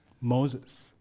Moses